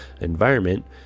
environment